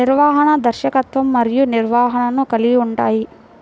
నిర్వహణ, దర్శకత్వం మరియు నిర్వహణను కలిగి ఉంటాయి